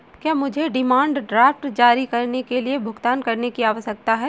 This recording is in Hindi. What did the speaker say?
क्या मुझे डिमांड ड्राफ्ट जारी करने के लिए भुगतान करने की आवश्यकता है?